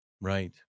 Right